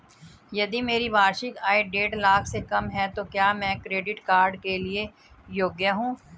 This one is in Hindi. यदि मेरी वार्षिक आय देढ़ लाख से कम है तो क्या मैं क्रेडिट कार्ड के लिए योग्य हूँ?